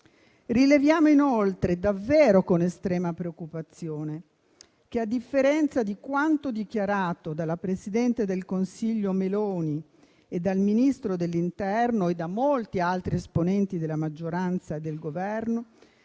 Rileviamo inoltre, davvero con estrema preoccupazione, che, a differenza di quanto dichiarato dalla presidente del Consiglio Meloni, dal Ministro dell'interno e da molti altri esponenti della maggioranza e del Governo,